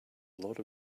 lot